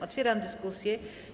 Otwieram dyskusję.